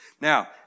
now